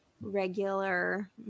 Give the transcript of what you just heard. regular